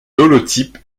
holotype